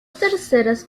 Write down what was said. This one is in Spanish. terceras